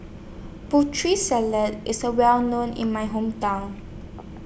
Putri Salad IS A Well known in My Hometown